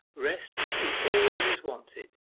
rest is all that is wanted,